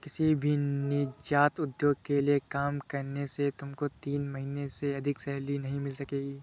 किसी भी नीजात उद्योग के लिए काम करने से तुमको तीन महीने से अधिक सैलरी नहीं मिल सकेगी